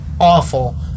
awful